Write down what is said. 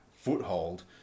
foothold